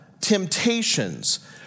temptations